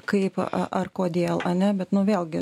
kaip ar kodėl a nenu bet vėlgi